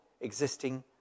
existing